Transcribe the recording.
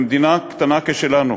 במדינה קטנה כשלנו,